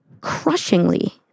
crushingly